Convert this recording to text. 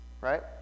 Right